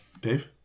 Dave